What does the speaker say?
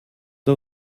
der